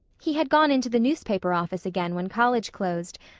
he had gone into the newspaper office again when college closed,